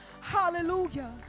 hallelujah